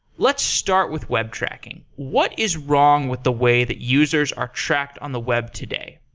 let's start with web tracking. what is wrong with the way that users are tracked on the web today?